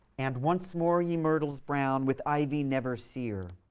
and once more ye myrtles brown, with ivy never sere,